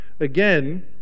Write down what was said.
again